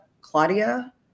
Claudia